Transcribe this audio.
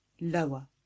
Lower